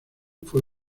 fue